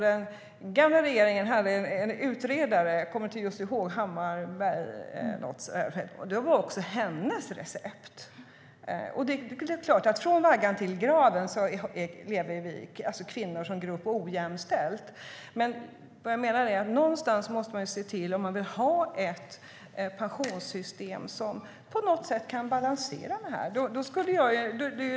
Den gamla regeringen hade en utredare som jag inte minns namnet på, och det var också hennes recept.Från vaggan till graven lever kvinnor som grupp ojämställt, men jag menar att man någonstans måste se till att ha ett pensionssystem som på något sätt kan balansera detta.